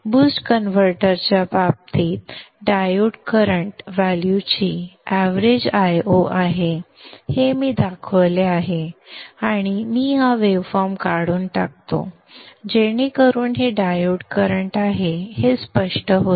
boost कन्व्हर्टरच्या बाबतीत diode current व्हॅल्यूची एवरेज Io आहे हे मी दाखवले आहे आणि मी हा वेव्ह फॉर्म काढून टाकतो जेणेकरून हे डायोड करंट आहे हे स्पष्ट होईल